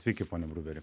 sveiki pone bruveri